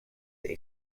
they